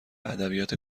ادبیات